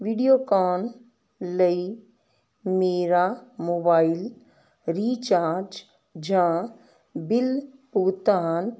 video call ਲਈ ਮੇਰਾ mobile recharge ਜਾਂ ਬਿੱਲ ਭੁਗਤਾਨ